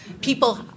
People